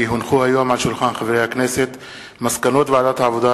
כי הונחו היום על שולחן הכנסת מסקנות ועדת העבודה,